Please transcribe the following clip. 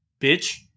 bitch